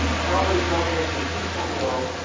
and now it is rotating, as seen from below,